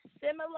similar